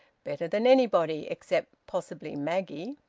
better than anybody, except possibly maggie.